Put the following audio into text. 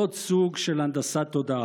עוד סוג של הנדסת תודעה.